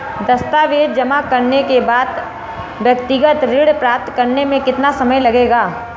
दस्तावेज़ जमा करने के बाद व्यक्तिगत ऋण प्राप्त करने में कितना समय लगेगा?